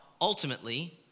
Ultimately